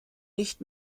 nicht